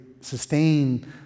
sustain